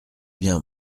bien